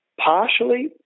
partially